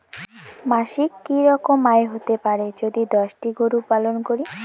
মাসিক কি রকম আয় হতে পারে যদি দশটি গরু পালন করি?